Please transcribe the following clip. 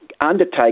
undertake